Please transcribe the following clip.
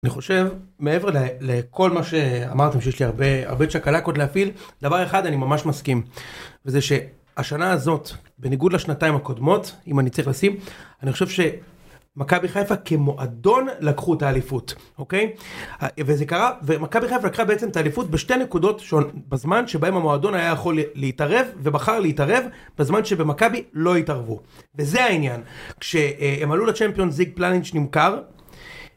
אני חושב, מעבר לכל מה שאמרתם שיש לי הרבה, הרבה צ'קלקות להפעיל, דבר אחד אני ממש מסכים, וזה שהשנה הזאת, בניגוד לשנתיים הקודמות, אם אני צריך לשים, אני חושב שמכבי חיפה כמועדון לקחו את האליפות, אוקיי? וזה קרה, ומכבי חיפה לקחה בעצם את האליפות בשתי נקודות בזמן שבהם המועדון היה יכול להתערב, ובחר להתערב, בזמן שבמכבי לא התערבו. וזה העניין, כשהם עלו לצ'מפיונז ליג פלנינג שנמכר,